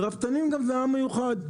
הרפתנים הם גם עם מיוחד.